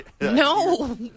No